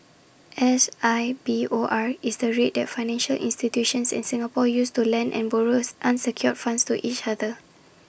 S I B O R is the rate that financial institutions in Singapore use to lend and borrow unsecured funds to each other